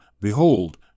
Behold